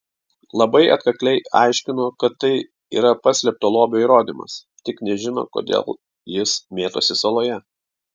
labai atkakliai aiškino kad tai yra paslėpto lobio įrodymas tik nežino kodėl jis mėtosi saloje